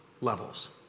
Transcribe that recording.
levels